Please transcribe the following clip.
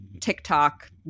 TikTok